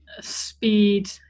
speed